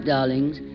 darlings